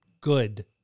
good